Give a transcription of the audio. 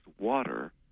water